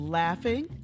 laughing